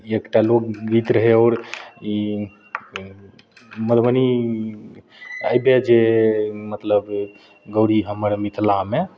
एकटा लोकगीत रहै आओर ई मधुबनी एहि बेर जे मतलब गौरी हमर मिथिलामे